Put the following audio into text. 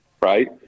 right